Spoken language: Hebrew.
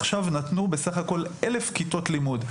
עכשיו נתנו בסך הכל 1,000 כיתות לימוד,